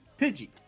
Pidgey